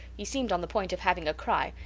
he seemed on the point of having a cry,